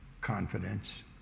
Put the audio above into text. confidence